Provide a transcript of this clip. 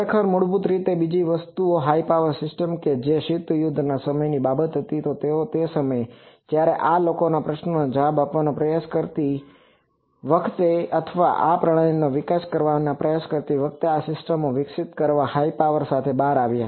ખરેખર મૂળભૂત રીતે બીજી વસ્તુ હાઇ પાવર સિસ્ટમો કે જે શીત યુદ્ધના સમયની બાબત હતી તો તે સમયે જ્યારે લોકો આ પ્રશ્નોના જવાબ આપવાનો પ્રયાસ કરતી વખતે અથવા આ પ્રણાલીનો વિકાસ કરવાનો પ્રયાસ કરતી વખતે આ સિસ્ટમો વિકસિત કરવા હાઇ પાવર સાથે બહાર આવ્યા